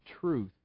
truth